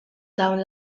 dawn